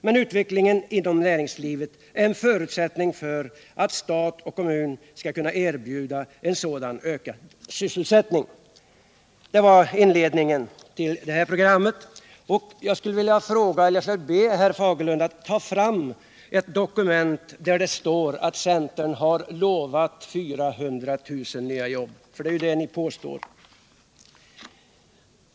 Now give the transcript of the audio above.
Men utvecklingen inom näringslivet är en förutsättning för att stat och kommun skall kunna erbjuda en sådan ökad sysselsättning.” Jag ber herr Fagerlund att ta fram ett dokument, där det står att centern har lovat 400 000 nya jobb. Det är ju det ni påstår.